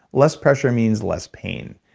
less pressure means less pain.